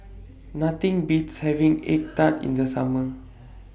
Nothing Beats having Egg Tart in The Summer